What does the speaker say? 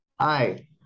Hi